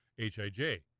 HIJ